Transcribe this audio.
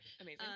Amazing